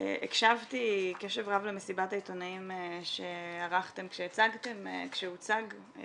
הקשבתי קשב רב למסיבת העיתונאים שערכתם כשהוצג על